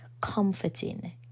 comforting